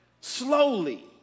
slowly